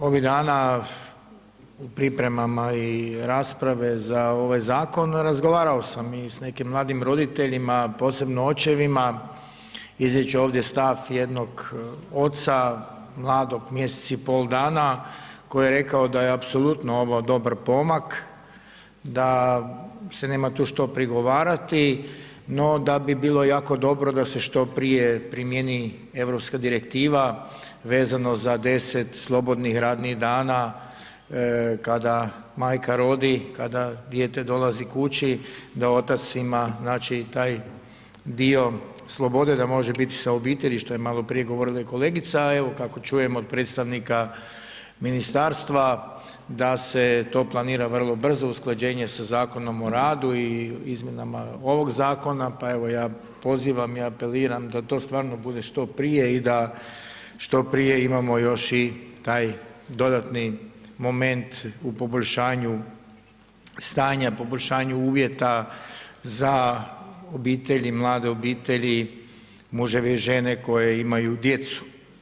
Ovih dana u pripremama i rasprave za ovaj zakon razgovarao sam i s nekim mladim roditeljima, posebno očevima, izreći ću ovdje stav jednog oca mladog mjesec i pol dana koji je rekao da je apsolutno ovo dobar pomak, da se nema tu što prigovarati, no da bi bilo jako dobro da se što prije primijeni EU direktivan vezano za 10 slobodnih radnih dana kada majka rodi, kada dijete dolazi kući da otac ima znači taj dio slobode da može biti sa obitelji, što je maloprije govorila i kolegica, evo, kako čujem od predstavnika ministarstva da se to planira vrlo brzo, usklađenje sa Zakonom o radu i izmjenama ovog zakona, pa evo, ja pozivam i apeliram da to stvarno bude što prije i da što prije imamo još i taj dodatni moment u poboljšanju stanja, poboljšanju uvjeta za obitelji, mlade obitelji, muževe i žene koji imaju djecu.